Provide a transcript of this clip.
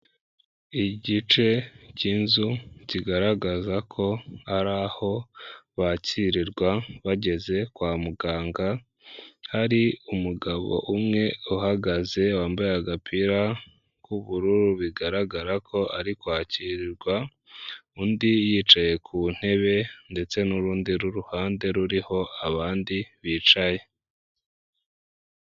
Igice cy'inzu kigaragaza ko ari aho bakirirwa bageze kwa muganga, hari umugabo umwe uhagaze wambaye agapira k'ubururu, bigaragara ko ari kwakirirwa, undi yicaye ku ntebe ndetse n'urundi ruhande ruriho abandi bicaye.